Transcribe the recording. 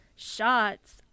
shots